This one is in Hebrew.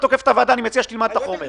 אני מציע שתלמד את החומר.